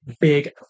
Big